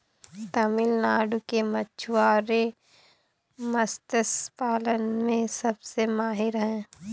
तमिलनाडु के मछुआरे मत्स्य पालन में सबसे माहिर हैं